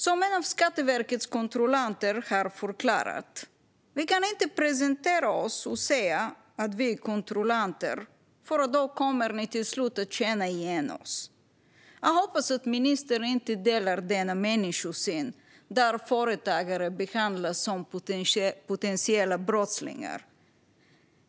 Som en av Skatteverkets kontrollanter har förklarat: Vi kan inte presentera oss och säga att vi är kontrollanter, för då kommer ni till slut att känna igen oss! Jag hoppas att ministern inte delar denna människosyn, där företagare behandlas som potentiella brottslingar.